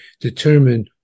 determine –